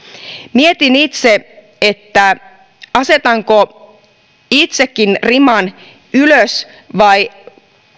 mietin itse asetanko itsekin riman ylös vai